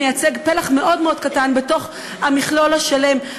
מייצג פלח מאוד קטן בתוך המכלול השלם.